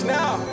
now